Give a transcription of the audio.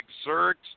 exert